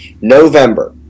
November